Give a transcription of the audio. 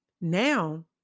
now